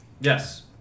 Yes